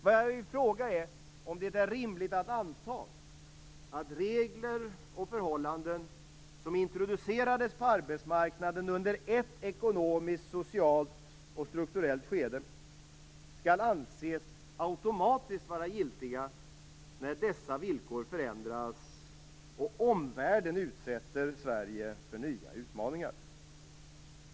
Vad jag vill fråga är om det är rimligt att anta att regler och förhållanden som introducerades på arbetsmarknaden under ett ekonomiskt, socialt och strukturellt skede skall anses automatiskt vara giltiga när dessa villkor förändras och omvärlden utsätter Sverige för nya utmaningar.